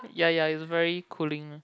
ya ya is very cooling